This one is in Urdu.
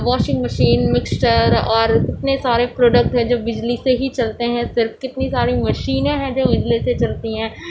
واشنگ مشین مکسچر اور کتنے سارے پروڈکٹ ہیں جو بجلی سے ہی چلتے ہیں صرف کتنی ساری مشینیں ہیں جو بجلی سے چلتی ہیں